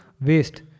waste